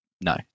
no